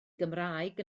gymraeg